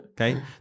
Okay